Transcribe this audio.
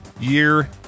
year